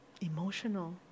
emotional